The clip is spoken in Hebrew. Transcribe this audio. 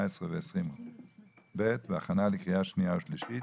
18 ו-20(ב) בהכנה לקריאה שנייה ושלישית